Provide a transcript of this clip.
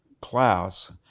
class